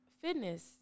Fitness